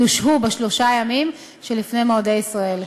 יושהו בשלושה ימים שלפני מועדי ישראל.